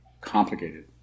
complicated